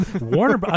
Warner